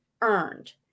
earned